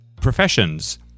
professions